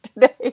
today